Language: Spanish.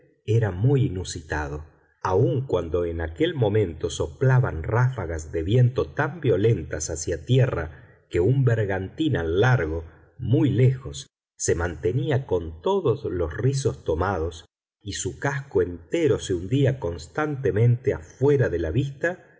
era muy inusitado aun cuando en aquel momento soplaban ráfagas de viento tan violentas hacia tierra que un bergantín al largo muy lejos se mantenía con todos los rizos tomados y su casco entero se hundía constantemente fuera de la vista